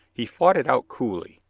he fought it out coolly.